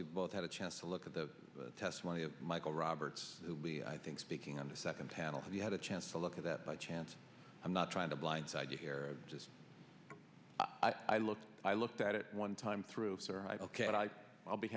you both had a chance to look at the testimony of michael roberts to be i think speaking on the second panel you had a chance to look at that by chance i'm not trying to blindside you here just i looked i looked at it one time through survive ok i'll be